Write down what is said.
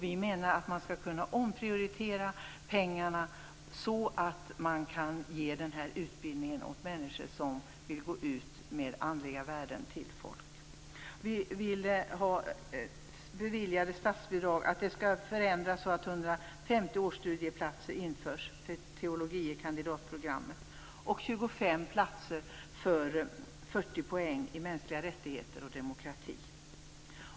Vi menar att man skall kunna omprioritera pengarna så att man kan ge den här utbildningen åt människor som vill gå ut med andliga värden till folk. Vi vill att det skall göras en förändring så att statsbidrag beviljas för att införa 150 årsstudieplatser för teologie kandidat-programmet och 25 platser för 40 poäng i mänskliga rättigheter och demokrati.